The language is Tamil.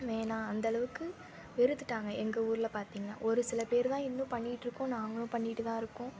வேணாம் அந்தளவுக்கு வெறுத்துட்டாங்க எங்கள் ஊரில் பார்த்திங்கனா ஒரு சில பேர் தான் இன்னும் பண்ணிட்டுருக்கோம் நாங்களும் பண்ணிக்கிட்டுதான் இருக்கோம்